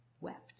wept